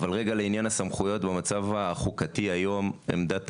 אבל לעניין הסמכויות במצב החוקתי היום עמדת